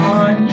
on